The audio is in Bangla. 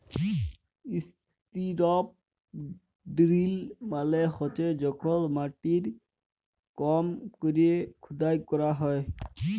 ইসতিরপ ডিরিল মালে হছে যখল মাটির কম ক্যরে খুদাই ক্যরা হ্যয়